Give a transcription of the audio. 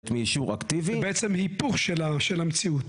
מאישור אקטיבי --- זה בעצם היפוך של המציאות.